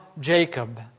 Jacob